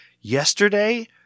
Yesterday